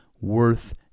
worth